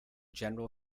general